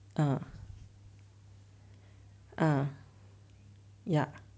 uh uh ya